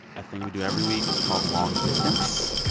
a thing we do every week it's called long distance